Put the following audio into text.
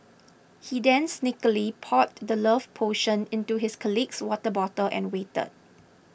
he then sneakily poured the love potion into his colleague's water bottle and waited